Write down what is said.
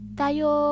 tayo